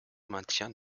maintien